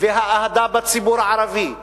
והאהדה בציבור הערבי,